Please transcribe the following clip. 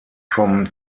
vom